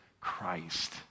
Christ